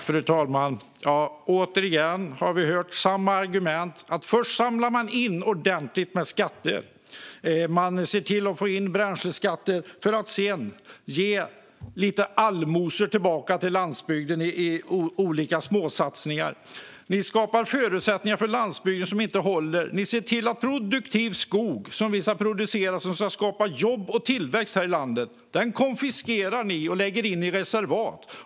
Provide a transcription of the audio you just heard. Fru talman! Återigen har vi hört samma argument. Först samlar man in ordentligt med skattepengar - man ser till att få in bränsleskatter - för att sedan ge lite allmosor tillbaka till landsbygden genom olika småsatsningar. Ni skapar förutsättningar för landsbygden som inte håller. Ni ser till att produktiv skog, som man ska producera och som ska skapa jobb och tillväxt här i landet, konfiskeras och läggs i reservat.